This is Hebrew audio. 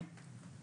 איפה זה עומד?